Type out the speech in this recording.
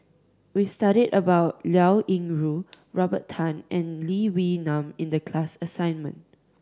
we studied about Liao Yingru Robert Tan and Lee Wee Nam in the class assignment